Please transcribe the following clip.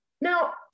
Now